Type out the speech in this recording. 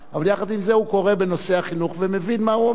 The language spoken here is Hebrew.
אבל יחד עם זה הוא קורא בנושא החינוך ומבין מה הוא אומר.